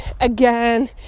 again